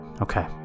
Okay